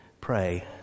pray